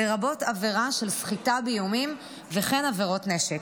לרבות עבירה של סחיטה באיומים וכן עבירות נשק.